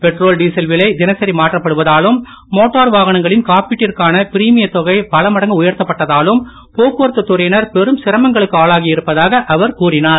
petrol diesel விலை தினசரி மாற்றப் படுவதாலும் மோட்டார் வாகனங்களின் காப்பீட்டிற்கான பிரீமியத் தொகை பலமடங்கு உயர்த்தப்பட்டதாலும் போக்குவரத்துத் துறையினர் பெரும் சிரமங்களுக்கு ஆனாகி இருப்பதாக அவர் கூறிஞர்